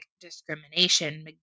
discrimination